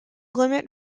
limit